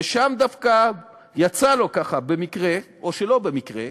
ושם דווקא יצא לו, ככה, במקרה או שלא במקרה,